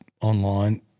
online